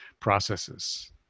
processes